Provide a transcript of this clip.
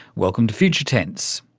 welcome to future tense.